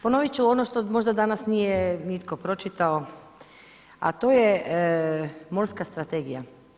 Ponovit ću ono što možda danas nije nitko pročitao, a to je morska strategija.